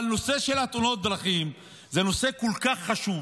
אבל הנושא של תאונות הדרכים זה נושא כל כך חשוב